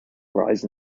rise